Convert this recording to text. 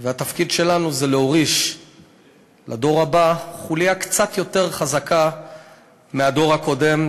והתפקיד שלנו הוא להוריש לדור הבא חוליה קצת יותר חזקה מהדור הקודם,